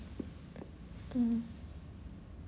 mm